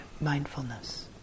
mindfulness